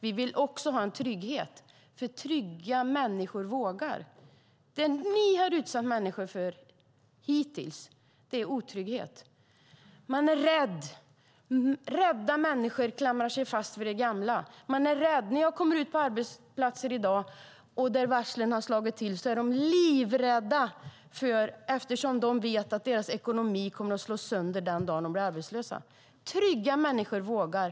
Vi vill också ha en trygghet, för trygga människor vågar. Det ni har utsatt människor för hittills är otrygghet. Rädda människor klamrar sig fast vid det gamla. När jag kommer ut på arbetsplatser i dag där varslen har slagit till är de som jobbar där livrädda, eftersom de vet att deras ekonomi kommer att slås sönder den dag som de blir arbetslösa. Trygga människor vågar.